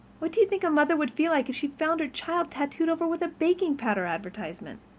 what do you think a mother would feel like if she found her child tattooed over with a baking powder advertisement?